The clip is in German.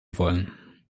wollen